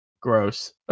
gross